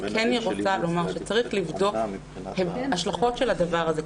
אני כן רוצה לומר שצריך לבדוק השלכות של הדבר הזה.